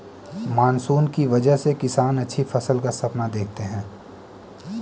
monsoon की वजह से किसान अच्छी फसल का सपना देखते हैं